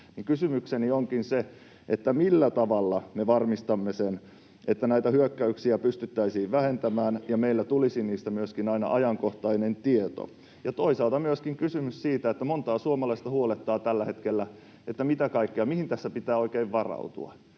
Kysymykseni onkin: millä tavalla me varmistamme sen, että näitä hyökkäyksiä pystyttäisiin vähentämään ja meillä tulisi niistä myöskin aina ajankohtainen tieto? Toisaalta myöskin on kysymys siitä, että montaa suomalaista huolettaa tällä hetkellä, mihin kaikkeen tässä pitää oikein varautua.